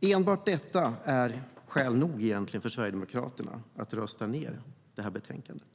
Enbart detta är skäl nog för Sverigedemokraterna att rösta ned förslaget i detta betänkande.